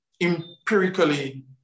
empirically